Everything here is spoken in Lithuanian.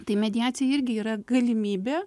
tai mediacija irgi yra galimybė